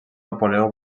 napoleó